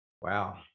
Wow